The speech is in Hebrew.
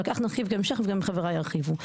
ועל כך נרחיב בהמשך, וגם חבריי ירחיבו.